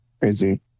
Crazy